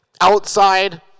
Outside